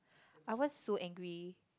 I was so angry